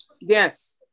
Yes